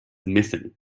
missing